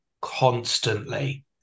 constantly